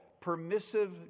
permissive